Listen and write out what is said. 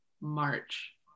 March